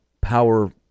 Power